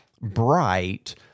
bright